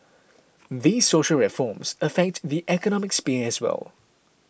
these social reforms affect the economic sphere as well